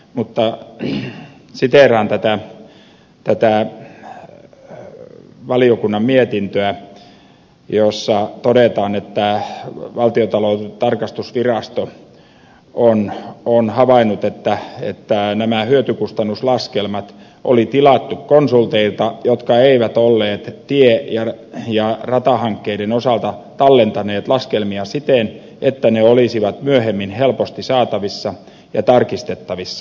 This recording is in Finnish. mutta siteeraan tätä valiokunnan mietintöä jossa todetaan että valtiontalouden tarkastusvirasto on havainnut että nämä hyötykustannus laskelmat oli tilattu konsulteilta jotka eivät olleet tie ja ratahankkeiden osalta tallentaneet laskelmia siten että ne olisivat myöhemmin helposti saatavissa ja tarkistettavissa